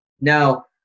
Now